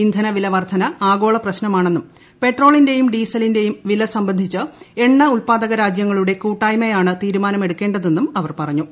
ഇന്ധനവില വർദ്ധന ആഗോള പ്രശ്നമാണെന്നും പെട്രോളിന്റെയും ഡീസലിന്റെയും വില സംബന്ധിച്ച് എണ്ണ ഉത്പാദക രാജ്യങ്ങളുടെ കൂട്ടായ്മയാണ് തീരുമാനമെടുക്കേണ്ട തെന്നും അവർ പറഞ്ഞു